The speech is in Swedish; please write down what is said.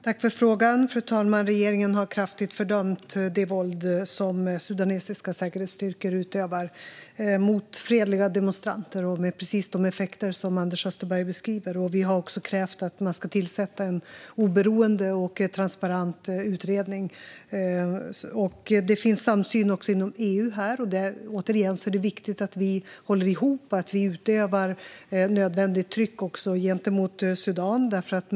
Fru talman! Jag tackar för frågan. Regeringen har kraftigt fördömt det våld som sudanesiska säkerhetsstyrkor utövar mot fredliga demonstranter, med precis de effekter som Anders Österberg beskriver. Vi har också krävt att man ska tillsätta en oberoende och transparent utredning. Det finns samsyn här också inom EU. Återigen är det viktigt att vi håller ihop och att vi utövar nödvändigt tryck också gentemot Sudan.